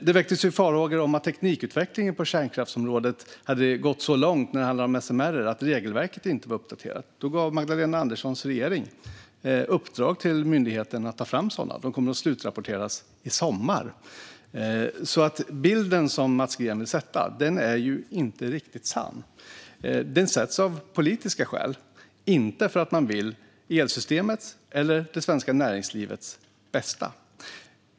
Det väcktes farhågor om att teknikutvecklingen på kärnkraftsområdet hade gått så långt när det handlade om SMR:er att regelverket inte var uppdaterat. Då gav Magdalena Anderssons regering uppdrag till myndigheten att ta fram en uppdatering. Man kommer att slutrapportera i sommar. Bilden som Mats Green vill sätta är alltså inte riktigt sann. Den sätts av politiska skäl, inte för att man vill elsystemets eller det svenska näringslivets bästa.